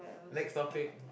next topic